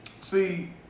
see